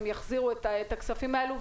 הם יחזירו את הכספים האלה,